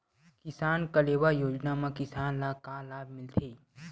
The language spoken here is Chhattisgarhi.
किसान कलेवा योजना म किसान ल का लाभ मिलथे?